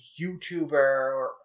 YouTuber